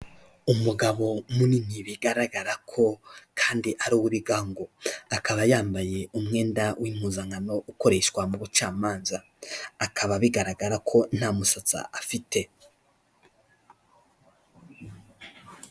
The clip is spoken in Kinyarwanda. Umugabo munini bigaragara ko kandi ari uw'ibigango, akaba yambaye umwenda w'impuzankano ukoreshwa mu bucamanza, akaba bigaragara ko nta musatsi afite.